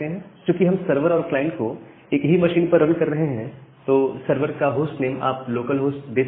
चूकि हम सर्वर और क्लाइंट को एक ही मशीन में रन कर रहे हैं तो सर्वर का होस्ट नेम आप लोकल होस्ट दे सकते हैं